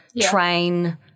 train